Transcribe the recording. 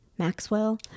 Maxwell